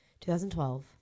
2012